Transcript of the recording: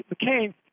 McCain